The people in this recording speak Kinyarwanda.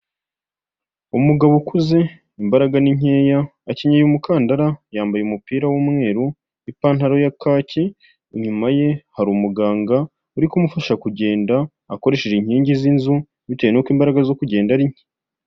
Umugabo ukuze imbaraga ni nkeya, akenyeye umukandara, yambaye umupira w'umweru, ipantaro ya kaki, inyuma ye hari umuganga uri kumufasha kugenda, akoresheje inkingi z'inzu bitewe nuko imbaraga zo kugenda ari nke.